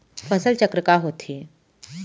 फसल चक्र का होथे?